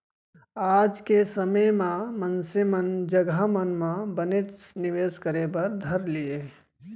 आज के समे म मनसे मन जघा मन म बनेच निवेस करे बर धर लिये हें